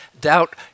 Doubt